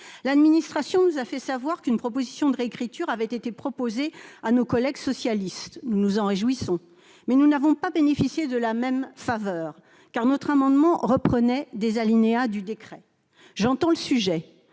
L'administration nous a fait savoir qu'une proposition de réécriture avait été proposée à nos collègues socialistes. Nous nous en réjouissons, mais nous n'avons pu bénéficier de la même faveur, car notre amendement reprenait des alinéas du décret. J'entends le sujet,